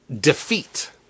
defeat